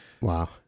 Wow